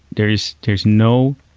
there's there's no